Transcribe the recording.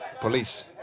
Police